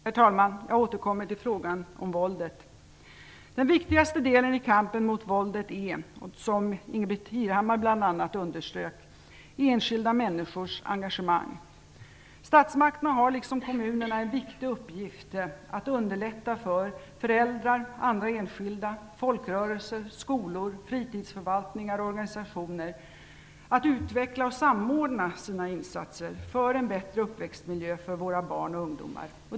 Herr talman! Jag återgår till frågan om våldet. Den viktigaste delen i kampen mot våldet är, som Ingbritt Irhammar bl.a. underströk, enskilda människors engagemang. Statsmakterna har liksom kommunerna en viktig uppgift att underlätta för föräldrar, andra enskilda, folkrörelser, skolor, fritidsförvaltningar och organisationer att utveckla och samordna sina insatser för en bättre uppväxtmiljö för våra barn och ungdomar.